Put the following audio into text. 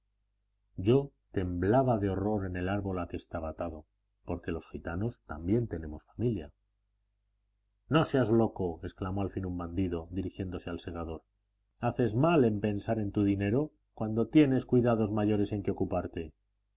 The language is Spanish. yo temblaba de horror en el árbol a que estaba atado porque los gitanos también tenemos familia no seas loco exclamó al fin un bandido dirigiéndose al segador haces mal en pensar en tu dinero cuando tienes cuidados mayores en que ocuparte